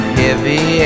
heavy